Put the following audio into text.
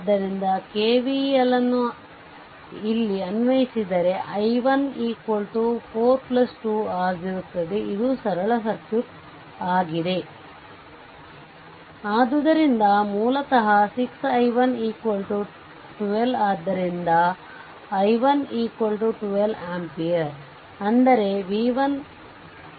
ಆದ್ದರಿಂದ KVL ಅನ್ನು ಇಲ್ಲಿ ಅನ್ವಯಿಸಿದರೆ i1 4 2 ಆಗಿರುತ್ತದೆ ಇದು ಸರಳ ಸರ್ಕ್ಯೂಟ್ಆಗಿದೆ ಆದ್ದರಿಂದ ಮೂಲತಃ 6 i1 12ಆದ್ದರಿಂದ i1 2 ampere ಅಂದರೆ v1 v1 2 i1